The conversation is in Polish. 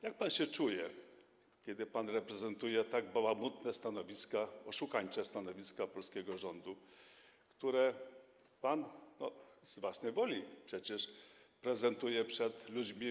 Jak pan się czuje, kiedy pan reprezentuje tak bałamutne stanowiska, oszukańcze stanowiska polskiego rządu, które pan przecież z własnej woli prezentuje przed ludźmi?